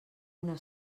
una